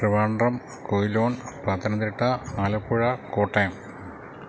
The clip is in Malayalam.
ട്രിവാൻഡ്രം കൊയിലോൺ പത്തനംതിട്ട ആലപ്പുഴ കോട്ടയം